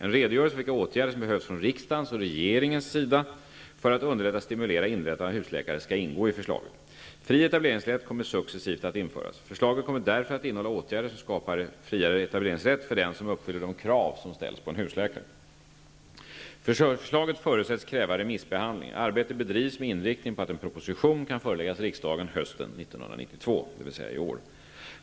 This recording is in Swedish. En redogörelse för vilka åtgärder som behövs från riksdagens och regeringens sida för att underlätta och stimulera inrättandet av husläkare skall ingå i förslaget. Fri etableringsrätt kommer successivt att införas. Förslaget kommer därför att innehålla åtgärder som skapar friare etableringsrätt för den som uppfyller de krav som ställs på husläkare. Förslaget förutsätts kräva remissbehandling. Arbetet bedrivs med inriktning på att en proposition kan föreläggas riksdagen hösten 1992, dvs. i år.